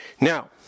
Now